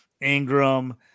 Ingram